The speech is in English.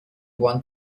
want